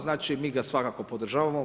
Znači, mi ga svakako podržavamo.